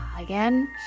Again